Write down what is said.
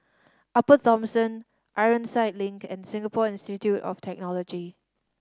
Upper Thomson Ironside Link and Singapore Institute of Technology